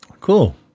cool